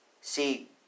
See